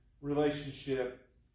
relationship